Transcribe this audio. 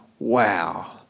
wow